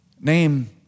Name